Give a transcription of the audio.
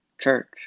church